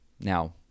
Now